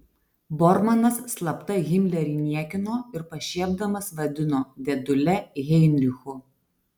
bormanas slapta himlerį niekino ir pašiepdamas vadino dėdule heinrichu